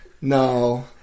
No